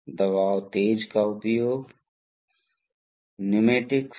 हमारे लिए यह आखिरकार एक्ट्यूएटर है